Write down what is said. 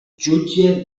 jutge